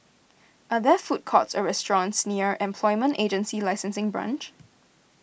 are there food courts or restaurants near Employment Agency Licensing Branch